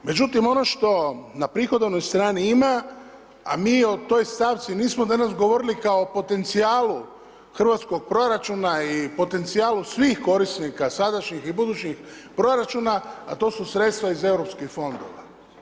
Međutim, ono što na prihodovnoj strani ima, a mi o toj stavci nismo danas govorili kao o potencijalu hrvatskog proračuna i potencijalu svih korisnika, sadašnjih i budućih korisnika, a to su sredstva iz europskih fondova.